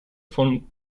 von